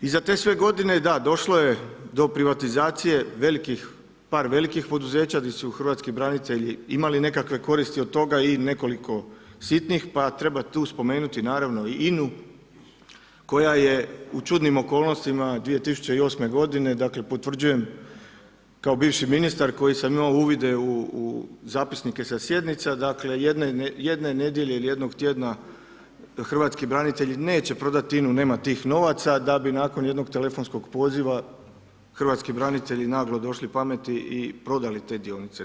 I za te sve godine, da, došlo je do privatizacije par velikih poduzeća gdje su hrvatski branitelji imali nekakve koristi od toga i nekoliko sitnih pa treba tu spomenuti naravno i INA-u koja je u čudnim okolnostima 2008. godine, dakle potvrđujem kao bivši ministar koji sam imao uvide u zapisnike sa sjednica, dakle jedne nedjelje ili jednog tjedna hrvatski branitelji neće prodati INA-u, nema tih novaca da bi nakon jednog telefonskog poziva hrvatski branitelji naglo doći pameti i prodali te dionice.